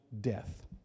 death